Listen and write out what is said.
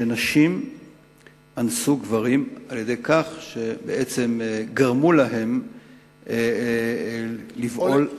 שנשים אנסו גברים על-ידי כך שגרמו להם לבעול נשים.